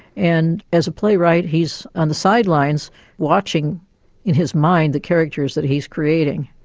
and as a playwright he's on the sidelines watching in his mind the characters that he's creating.